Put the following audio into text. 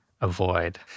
avoid